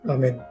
Amen